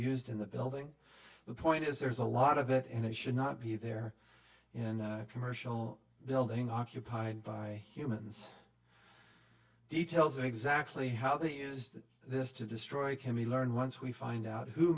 used in the building the point is there's a lot of it and it should not be there in a commercial building occupied by humans details of exactly how they used this to destroy can be learned once we find out who